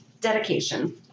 dedication